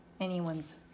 anyone's